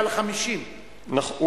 אתה מדבר על 50. לא,